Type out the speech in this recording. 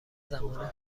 زمان